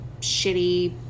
shitty